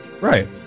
Right